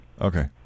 Okay